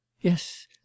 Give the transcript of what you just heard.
Yes